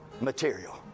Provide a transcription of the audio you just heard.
material